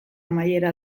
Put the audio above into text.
amaiera